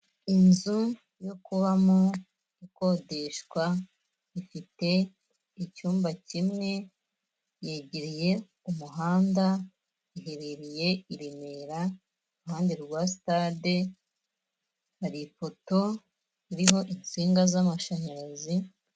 Inzu yo kubamo ikodeshwa, ifite icyumba kimwe, yegereye umuhanda, iherereye i Remera iruhande rwa sitade, hari ipoto ririho insinga z'amashanyarazi.